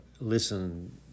Listen